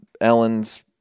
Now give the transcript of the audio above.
Ellen's